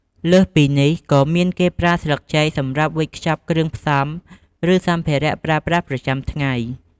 លើសពីនេះក៏មានគេប្រើស្លឹកចេកសម្រាប់ខ្ចប់គ្រឿងផ្សំ ឬសម្ភារៈប្រើប្រាស់ប្រចាំថ្ងៃ។